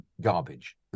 garbage